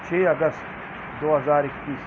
چھ اگست دو ہزار اکیس